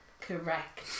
Correct